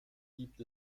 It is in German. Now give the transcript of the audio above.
gibt